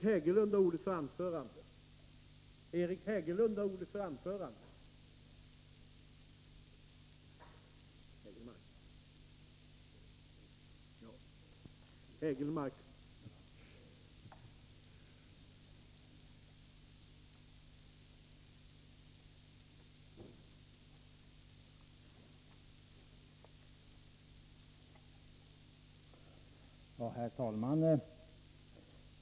Herr talman!